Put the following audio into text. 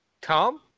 Tom